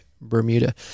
Bermuda